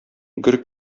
гөр